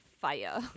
fire